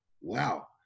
wow